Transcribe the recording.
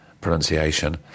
pronunciation